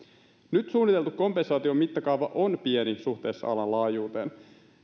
nyt suunniteltu kompensaation mittakaava on pieni suhteessa alan laajuuteen